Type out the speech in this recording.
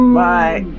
bye